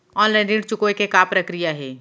Online ऋण चुकोय के का प्रक्रिया हे?